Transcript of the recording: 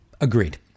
Agreed